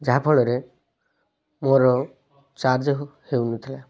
ଯାହାଫଳରେ ମୋର ଚାର୍ଜ ହେଉନଥିଲା